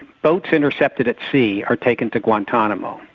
boats intercepted at sea are taken to guantanamo,